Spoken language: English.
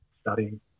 studying